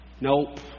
Nope